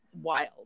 wild